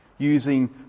using